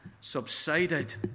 subsided